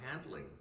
handling